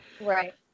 Right